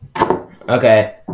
Okay